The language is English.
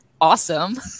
awesome